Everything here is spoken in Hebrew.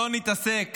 לא נתעסק